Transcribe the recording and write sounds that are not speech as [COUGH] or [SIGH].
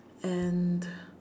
and [BREATH]